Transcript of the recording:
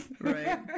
right